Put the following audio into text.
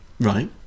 Right